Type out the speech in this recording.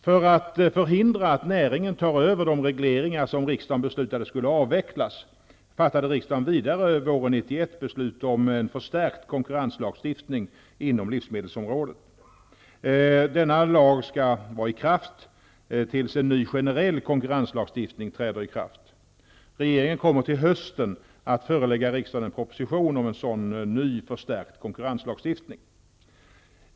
För att förhindra att näringen tar över de regleringar som riksdagen beslutade skulle avvecklas, fattade riksdagen vidare våren 1991 beslut om en förstärkt konkurrenslagstiftning inom livsmedelssektorn. Denna lag skall vara i kraft tills en ny generell konkurrenslagstiftning träder i kraft. Regeringen kommer till hösten att förelägga riksdagen en proposition om en sådan ny förstärkt konkurrenslagstiftning.